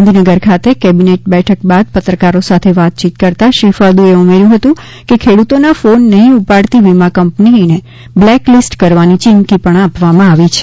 ગાંધીનગર ખાતે કેબિનેટ બેઠક બાદ પત્રકારો સાથે વાત કરતા શ્રી ફળદુએ ઉમેર્યું હતું કે ખેડૂતોના ફોન નહીં ઉપાડતી વિમા કંપનીને બ્લેક લીસ્ટ કરવાની ચીમકી પણ આપવામાં આવી છે